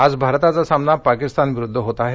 आज भारताचा सामना पाकिस्तानविरुद्ध होत आहे